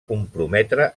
comprometre